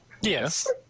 Yes